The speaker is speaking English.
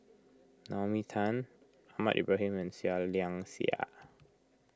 Naomi Tan Ahmad Ibrahim and Seah Liang Seah